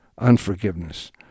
unforgiveness